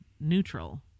neutral